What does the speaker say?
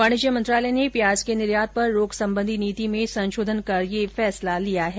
वाणिज्य मंत्रालय ने प्याज के निर्यात पर रोक संबंधी नीति में संशोधन कर यह फैसला लिया है